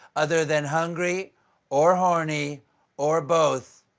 other than hungry or horny or both,